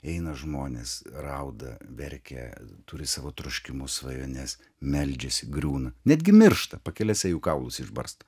eina žmonės rauda verkia turi savo troškimus svajones meldžiasi griūna netgi miršta pakelėse jų kaulus išbarsto